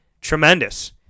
tremendous